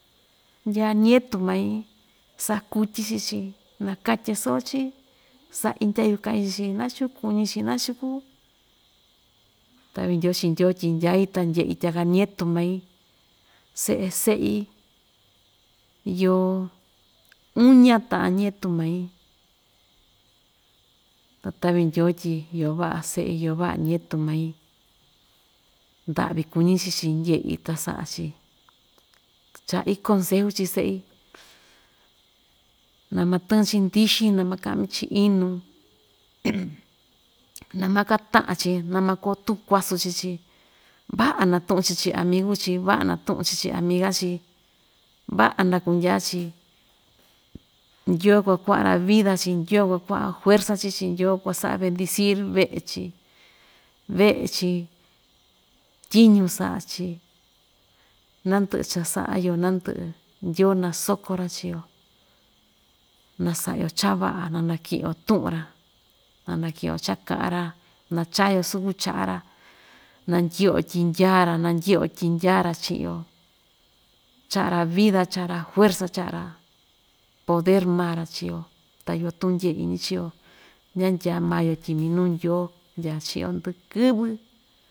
Ndyaa ñetu mai sakutyi chii‑chi nakatye soo‑chi saꞌi ndyayu kaichi nachu kuñichi, nachu taꞌvi ndyoo chii ndyoo tyi ndyai ta ndyeꞌi tyaka ñetu mai, seꞌe seꞌi yoo uña taꞌan ñetu mai ta taꞌvi ndyoo tyi iyo vaꞌa seꞌi iyo vaꞌa ñetu mai ndaꞌvi kuñi chii‑chi ndyeꞌi ta saꞌa‑chi chaꞌi conseju chii seꞌi na ma tɨchi ndyixi na‑makaꞌmi‑chi inu na ma kataꞌan‑chi na makoo tuꞌun kuasu chii‑chi vaꞌa natuꞌun chi chiꞌin amigu‑chi vaꞌa natuꞌun‑chi chi amiga‑chi vaꞌa na kundyaa‑chi, ndyoo kuakuaꞌa‑ra vida chi, ndyoo kua‑kuaꞌa fuerza chii‑chi, ndyoo kua‑saꞌa bendecir veꞌe‑chi veꞌe‑chi tyiñu saꞌa‑chi na‑ndɨꞌɨ cha‑saꞌa‑yo nandɨꞌɨ ndyoo nasoko‑ra chii‑yo, na saꞌa‑yo chaa vaꞌa na na‑ nakiꞌi‑yo tuꞌun‑ra na‑nakɨꞌɨ‑yo cha kaꞌa‑ra naa chaa‑yo sukun chaꞌa‑ra na ndyeꞌe‑yo tyi ndyaa‑ra na ndyeꞌe‑yo tyi ndyaa‑ra chiꞌi‑yo chaꞌa‑ra vida chaꞌa‑ra fuerza chaꞌa‑ra poder maa‑ra chii‑yo ta iyo tuꞌun ndyee iñi chii‑yo, ña ndyaa maa‑yo tyi minuu ndyoo ndya chiꞌin‑yo ndɨkɨvɨ.